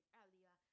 earlier